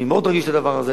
אני מאוד רגיש לדבר הזה,